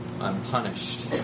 unpunished